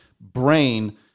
brain